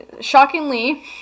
Shockingly